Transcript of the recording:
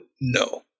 No